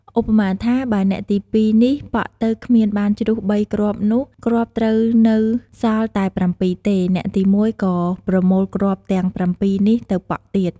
ឧបមាថា បើអ្នកទី២នេះប៉ក់ទៅគ្មានបានជ្រុះ ៣ គ្រាប់នោះ គ្រាប់ត្រូវនៅសល់តែ៧ទេ អ្នកទី១ ក៏ប្រមូលគ្រាប់ទាំង៧ នេះទៅប៉ក់ទៀត។